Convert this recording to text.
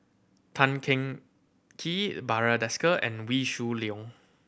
Tan Teng Kee Barry Desker and Wee Shoo Leong